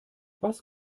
was